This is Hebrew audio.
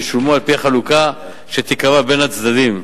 ישולמו על-פי החלוקה שתיקבע בין הצדדים.